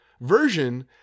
version